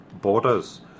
borders